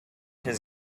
his